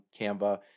Canva